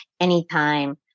anytime